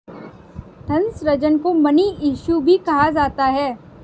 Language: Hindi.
धन सृजन को मनी इश्यू भी कहा जाता है